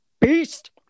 Beast